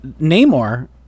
namor